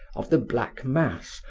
of the black mass,